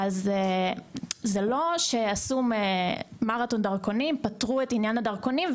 זה לא שעשו מרתון דרכונים ופתרו את עניין הדרכונים,